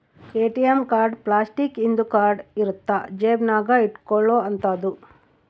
ATM card plastic ಇಂದು card ಇರುತ್ತ ಜೇಬ ನಾಗ ಇಟ್ಕೊಲೊ ಅಂತದು